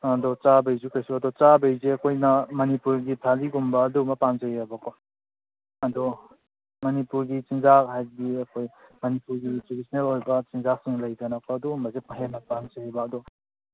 ꯑꯗꯣ ꯆꯥꯕꯩꯁꯨ ꯀꯩꯁꯨ ꯑꯗꯣ ꯆꯥꯕꯩꯁꯦ ꯑꯩꯈꯣꯏꯅ ꯃꯅꯤꯄꯨꯔꯒꯤ ꯊꯥꯂꯤꯒꯨꯝꯕ ꯑꯗꯨꯒꯨꯝꯕ ꯄꯥꯝꯖꯩꯌꯦꯕꯀꯣ ꯑꯗꯣ ꯃꯅꯤꯄꯨꯔꯒꯤ ꯆꯤꯅꯖꯥꯛ ꯍꯥꯏꯕꯗꯤ ꯑꯩꯈꯣꯏ ꯃꯅꯤꯄꯨꯔꯒꯤ ꯇ꯭ꯔꯦꯗꯤꯁꯟꯅꯦꯜ ꯑꯣꯏꯕ ꯆꯤꯟꯖꯥꯛꯁꯤꯡ ꯂꯩꯗꯅꯀꯣ ꯑꯗꯨꯒꯨꯝꯕꯁꯦ ꯍꯦꯟꯅ ꯄꯥꯝꯖꯩꯕ ꯑꯗꯣ